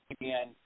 again